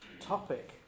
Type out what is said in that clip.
topic